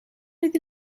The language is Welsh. oedd